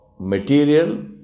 material